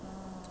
uh